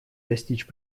достичь